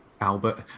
Albert